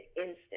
instant